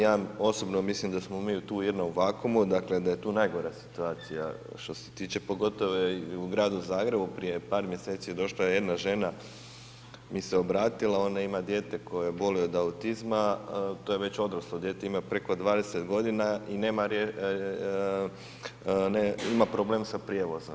Ja osobno mislim da smo mi tu u jednom vakumu, dakle, da je tu najgora situacija što se tiče, pogotovo je i u Gradu Zagrebu, prije par mjeseci došla je jedna žena, mi se obratila, ona ima dijete koje boluje od autizma, to je već odraslo dijete, ima preko 20.g. i ima problem sa prijevozom.